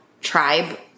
tribe